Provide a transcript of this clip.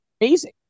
Amazing